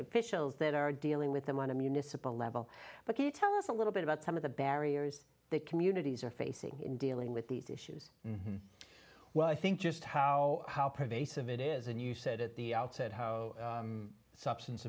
officials that are dealing with them on a municipal level but can you tell us a little bit about some of the barriers that communities are facing in dealing with these issues than well i think just how how pervasive it is and you said at the outset how substance